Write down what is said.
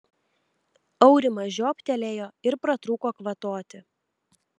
aurimas žiobtelėjo ir pratrūko kvatoti